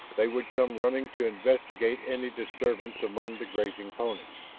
they would come running to investigate any disturbance among the grazing ponies,